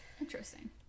interesting